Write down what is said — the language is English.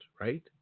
right